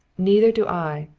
neither do i.